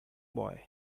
boy